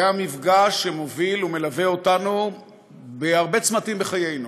זה המפגש שמוביל ומלווה אותנו בהרבה צמתים בחיינו.